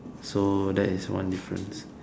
so that is one difference